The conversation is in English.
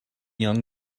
young